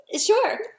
Sure